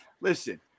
listen